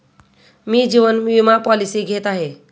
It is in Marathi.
मी जीवन विमा पॉलिसी घेत आहे